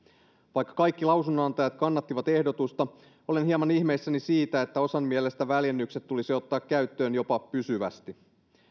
vaikka kaikki lausunnonantajat kannattivat ehdotusta olen hieman ihmeissäni siitä että osan mielestä väljennykset tulisi ottaa käyttöön jopa pysyvästi